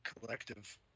collective